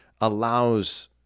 allows